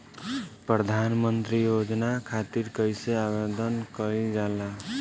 प्रधानमंत्री योजना खातिर कइसे आवेदन कइल जाला?